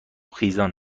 خیزران